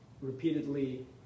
repeatedly